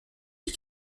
les